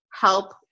help